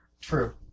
True